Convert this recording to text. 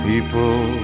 People